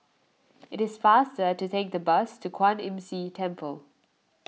it is faster to take the bus to Kwan Imm See Temple